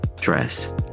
dress